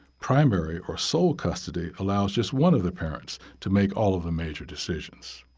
primary or sole custody allows just one of the parents to make all of the major decisions.